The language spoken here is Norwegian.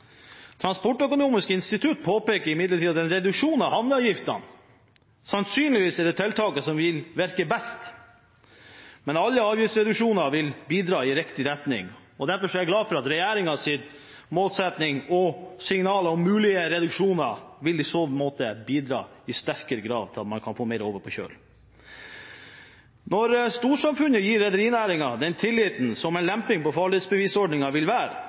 Transportøkonomisk institutt påpeker imidlertid at en reduksjon av havneavgiftene sannsynligvis er det tiltaket som vil virke best, men alle avgiftsreduksjoner vil bidra i riktig retning. Derfor er jeg glad for at regjeringens målsetting – og signaler – om mulige reduksjoner i så måte vil bidra i sterkere grad til at man kan få mer over på kjøl. Når storsamfunnet gir rederinæringen den tilliten som en lemping på farledsbevisordningen vil være,